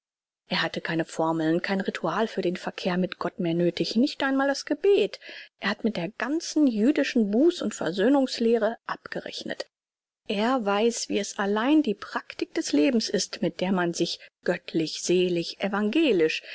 er hatte keine formeln keinen ritus für den verkehr mit gott mehr nöthig nicht einmal das gebet er hat mit der ganzen jüdischen buß und versöhnungs lehre abgerechnet er weiß wie es allein die praktik des lebens ist mit der man sich göttlich selig evangelisch